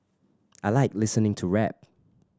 I like listening to rap